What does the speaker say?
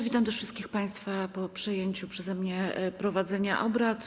Witam też wszystkich państwa po przejęciu przeze mnie prowadzenia obrad.